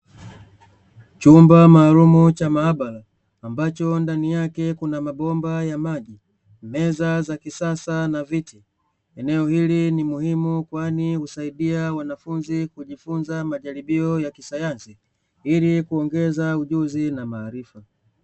Chumba maalumu cha maabara mbacho ndani yake kuna mabomba ya maji, meza za kisasa na viti. Eneo hili ni muhimu kwani husaidia wanafunzi kujifunza majaribio ya kisayansi ili kuongeza ujuzi na maarifa.